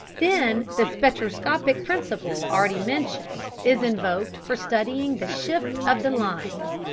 then the spectroscopic principle already mentioned is invoked for studying the shift of the lines,